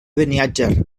beniatjar